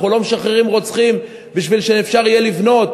אנחנו לא משחררים רוצחים בשביל שאפשר יהיה לבנות,